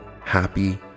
happy